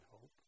hope